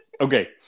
Okay